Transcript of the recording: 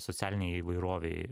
socialinei įvairovei